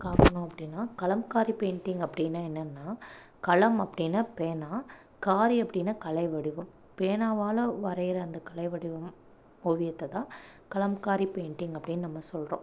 காக்கணும் அப்படினா கலம்காரி பெயிண்டிங் அப்படினா என்னென்னா கலம் அப்படினா பேனா காரி அப்படினா கலைவடிவம் பேனாவால் வரையுற அந்த கலைவடிவம் ஓவியத்தைதான் கலம்காரி பெயிண்டிங் அப்படினு நம்ம சொல்கிறோம்